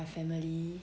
my family